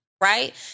Right